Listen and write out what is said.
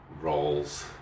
roles